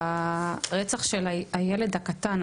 ברצח של הילד הקטן,